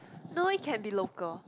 no it can be local